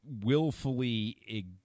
willfully